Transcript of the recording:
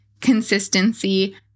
consistency